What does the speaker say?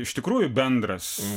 iš tikrųjų bendras